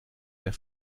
der